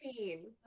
18